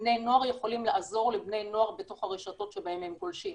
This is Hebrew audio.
בני נוער יכולים לעזור לבני נוער בתוך הרשתות בהם הם גולשים.